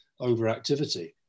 overactivity